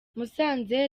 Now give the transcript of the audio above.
musanze